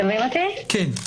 שלום,